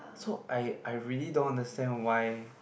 so I I really don't understand why